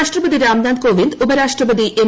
രാഷ്ട്രപതിരാംനാഥ്കോവിന്ദ് ഉപരാഷ്ട്രപതിഎം